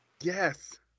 Yes